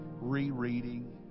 rereading